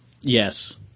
Yes